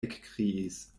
ekkriis